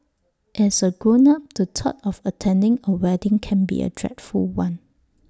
as A grown up the thought of attending A wedding can be A dreadful one